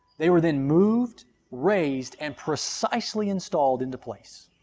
they were then moved, raised and precisely installed into place.